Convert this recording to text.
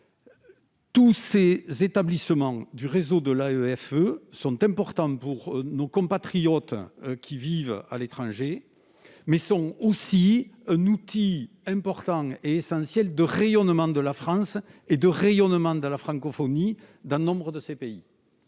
Tous ces établissements du réseau de la EFE sont importantes pour nos compatriotes qui vivent à l'étranger, mais sont aussi un outil important et essentiel de rayonnement de la France et de rayonnement de la francophonie dans nombre de ces pays